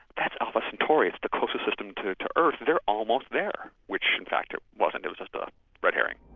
that's alpha centaurius the closest system to to earth, they're almost there. which in fact it wasn't, it was just a red herring.